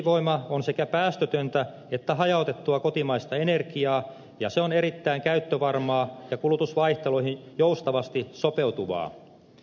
vesivoima on sekä päästötöntä että hajautettua kotimaista energiaa ja se on erittäin käyttövarmaa ja kulutusvaihteluihin joustavasti sopeutuvaa